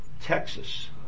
Texas